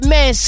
Man